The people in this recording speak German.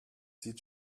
sieht